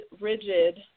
rigid